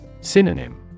Synonym